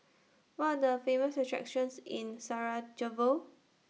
What Are The Famous attractions in Sarajevo